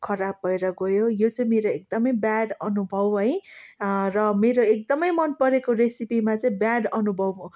खराब भएर गयो यो चाहिँ मेरो एकदमै ब्याड अनुभव है र मेरो एकदमै मन परेको रेसिपीमा चाहिँ ब्याड अनुभव